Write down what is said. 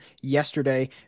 yesterday